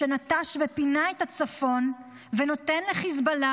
שנטש ופינה את הצפון ונותן לחיזבאללה